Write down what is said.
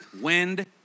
wind